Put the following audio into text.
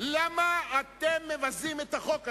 למה אתם מבזים את החוק הזה?